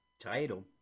title